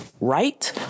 right